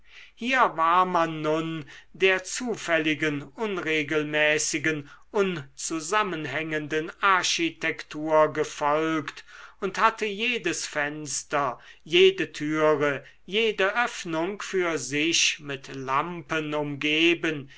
hier war man nun der zufälligen unregelmäßigen unzusammenhängenden architektur gefolgt und hatte jedes fenster jede türe jede öffnung für sich mit lampen umgeben